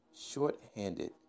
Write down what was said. shorthanded